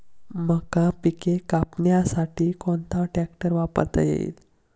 मका पिके कापण्यासाठी कोणता ट्रॅक्टर वापरता येईल?